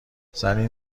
زنی